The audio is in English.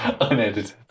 Unedited